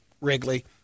Wrigley